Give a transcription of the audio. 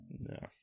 No